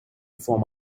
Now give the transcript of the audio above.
before